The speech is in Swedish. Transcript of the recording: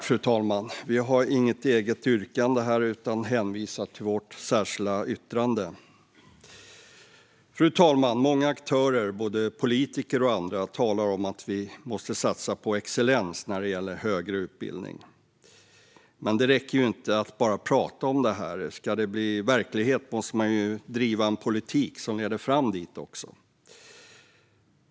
Fru talman! Sverigedemokraterna har inget yrkande utan hänvisar till sitt särskilda yttrande. Fru talman! Många aktörer, både politiker och andra, talar om att vi måste satsa på excellens när det gäller högre utbildning. Men det räcker inte att bara prata om det. För att det ska bli verklighet måste det drivas en politik som leder fram dit.